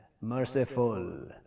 merciful